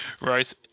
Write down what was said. Right